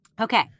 Okay